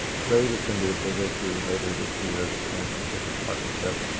trade is going to be a big issue later this year the trans-pacific partnership.